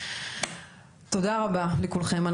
תודה רבה לכולכם,